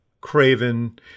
craven